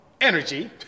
energy